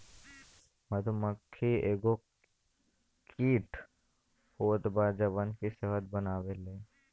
मधुमक्खी एगो कीट होत बा जवन की शहद बनावेले